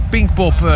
Pinkpop